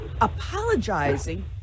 apologizing